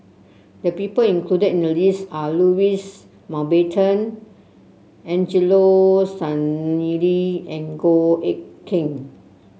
the people included in the list are Louis Mountbatten Angelo Sanelli and Goh Eck Kheng